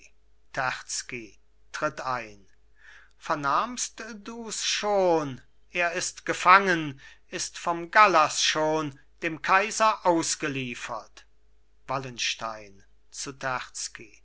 terzky tritt ein vernahmst dus schon er ist gefangen ist vom gallas schon dem kaiser ausgeliefert wallenstein zu